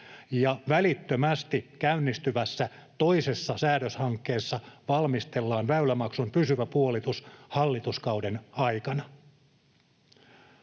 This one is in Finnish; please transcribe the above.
välittömästi käynnistyvässä toisessa säädöshankkeessa valmistellaan väylämaksun pysyvä puolitus hallituskauden aikana.